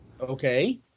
Okay